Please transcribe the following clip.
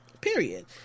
period